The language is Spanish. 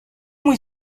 muy